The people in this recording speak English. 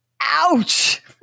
Ouch